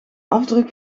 afdruk